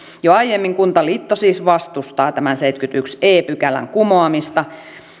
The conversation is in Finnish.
jo aiemmin kuntaliitto siis vastustaa tämän seitsemännenkymmenennenensimmäisen e pykälän kumoamista